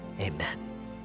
Amen